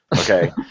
okay